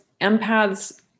empaths